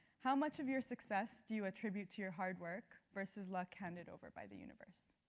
how much of your success do you attribute to your hard work versus luck handed over by the universe?